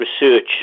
research